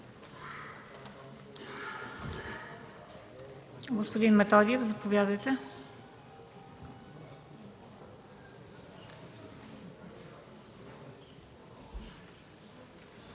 Господин Методиев, заповядайте.